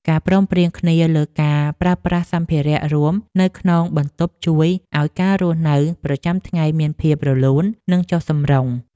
ការព្រមព្រៀងគ្នាលើការប្រើប្រាស់សម្ភារៈរួមនៅក្នុងបន្ទប់ជួយឱ្យការរស់នៅប្រចាំថ្ងៃមានភាពរលូននិងចុះសម្រុង។